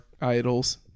idols